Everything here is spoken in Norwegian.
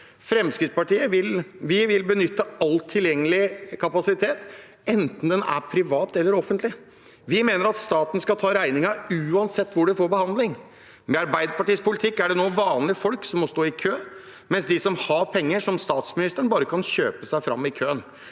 Fremskrittspartiet vil benytte all tilgjengelig kapasitet, enten den er privat eller offentlig. Vi mener at staten skal ta regningen uansett hvor man får behandling. Med Arbeiderpartiets politikk er det nå vanlige folk som må stå i kø, mens de som har penger, som statsministeren, bare kan kjøpe seg fram i køen.